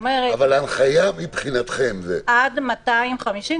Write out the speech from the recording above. אבל ההנחיה מבחינתכם --- עד 250,